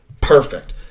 perfect